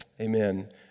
Amen